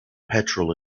petrol